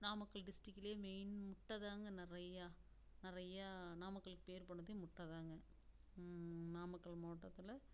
நாமக்கல் டிஸ்டிக்லயே மெயின் முட்டை தாங்க நிறையா நெறையா நாமக்கல் பேர் போனதே முட்டை தாங்க நாமக்கல் மாவட்டத்தில்